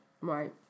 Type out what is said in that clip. Right